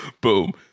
boom